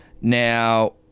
Now